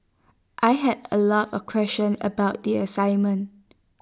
I had A lot of questions about the assignment